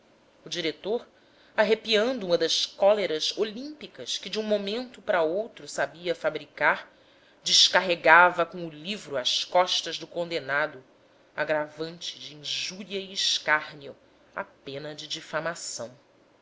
o diretor arrepiando uma das cóleras olímpicas que de um momento para outro sabia fabricar descarregava com o livro às costas do condenado agravante de injúria e escárnio à pena de difamação